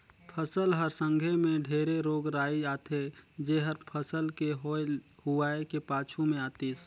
फसल हर संघे मे ढेरे रोग राई आथे जेहर फसल के होए हुवाए के पाछू मे आतिस